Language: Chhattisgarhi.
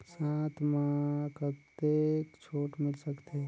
साथ म कतेक छूट मिल सकथे?